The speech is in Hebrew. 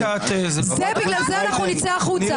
בגלל זה נצא החוצה.